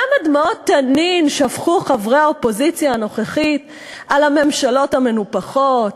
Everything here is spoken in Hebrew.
כמה דמעות תנין שפכו חברי האופוזיציה הנוכחית על הממשלות המנופחות,